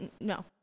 No